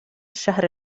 الشهر